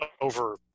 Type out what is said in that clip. over